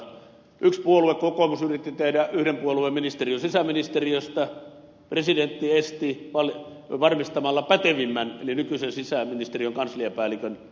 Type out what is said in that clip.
yksi puolue kokoomus yritti tehdä yhden puolueen ministeriön sisäministeriöstä presidentti esti varmistamalla pätevimmän eli nykyisen sisäministeriön kansliapäällikön jatkuvuuden